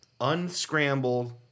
unscrambled